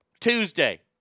Tuesday